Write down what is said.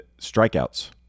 strikeouts